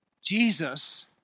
Jesus